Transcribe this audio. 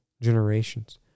generations